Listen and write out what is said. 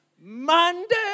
Monday